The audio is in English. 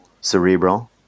cerebral